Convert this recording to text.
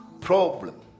problem